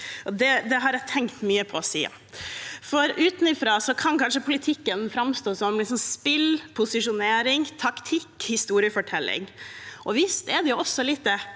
Det har jeg tenkt mye på siden. For utenifra kan kanskje politikken framstå som spill, posisjonering, taktikk og historiefortelling. Visst er det også litt